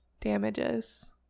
damages